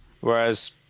Whereas